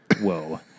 whoa